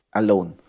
alone